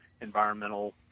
environmental